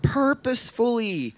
purposefully